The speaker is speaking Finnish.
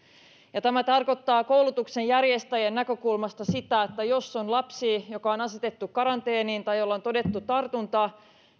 tämä tarkoittaa koulutuksen järjestäjän näkökulmasta sitä että jos on lapsi joka on asetettu karanteeniin tai jolla on todettu tartunta